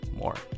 more